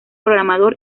programador